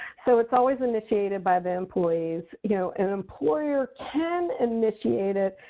so it's always initiated by the employees. you know an employer can initiate it,